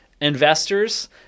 investors